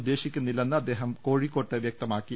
ഉദ്ദേശിക്കുന്നില്ലെന്ന് അദ്ദേഹം കോഴിക്കോട്ട് വ്യക്തമാക്കി